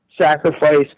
sacrifice